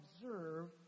observe